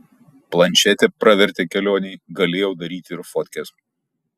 plančetė pravertė kelionėj galėjau daryti ir fotkes